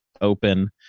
open